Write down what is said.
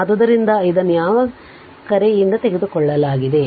ಆದ್ದರಿಂದ ಇದನ್ನು ಯಾವ ಕರೆಯಿಂದ ತೆಗೆದುಕೊಳ್ಳಲಾಗಿದೆ